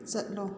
ꯆꯠꯂꯣ